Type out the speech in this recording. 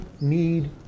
need